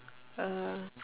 uh